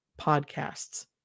podcasts